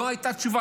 לא הייתה תשובה.